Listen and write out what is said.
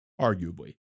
arguably